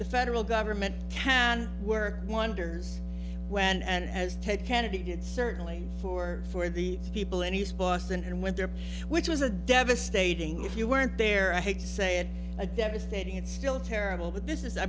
the federal government can work wonders when and as ted kennedy did certainly for for the people and he's boston and winter which was a devastating if you weren't there i hate say it a devastating it's still terrible but this is i